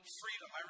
freedom